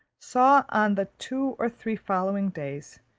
saw on the two or three following days,